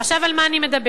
עכשיו, על מה אני מדברת?